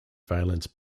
valence